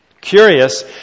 Curious